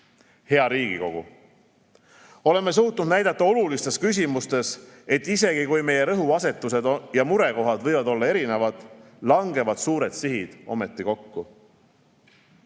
Riigikogu! Oleme suutnud näidata olulistes küsimustes, et isegi kui meie rõhuasetused ja murekohad võivad olla erinevad, langevad suured sihid ometi kokku.